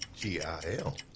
G-I-L